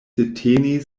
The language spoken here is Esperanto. deteni